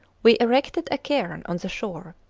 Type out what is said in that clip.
we erected a cairn on the shore,